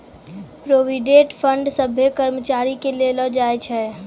provident fund सभ्भे कर्मचारी के देलो जाय छै